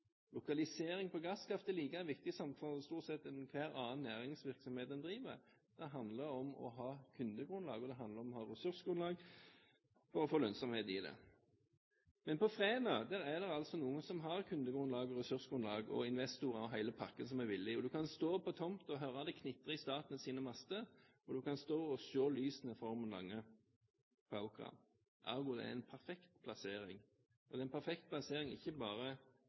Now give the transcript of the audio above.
Lokalisering av gasskraftverk er like viktig som lokalisering er for stort sett enhver annen næringsvirksomhet en driver. Det handler om å ha kundegrunnlag, og det handler om å ha ressursgrunnlag for å få lønnsomhet i det. Men i Fræna er det noen som har kundegrunnlag og ressursgrunnlag og investorer og hele pakka, som er villige. Du kan stå på tomta og høre det knitre i statens master, og du kan stå og se lysene fra Ormen Lange på Aukra – ergo: en perfekt plassering. Og det er en perfekt plassering ikke bare